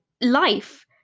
life